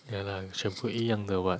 ya lah 全部一样的 what